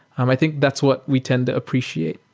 um i think that's what we tend to appreciate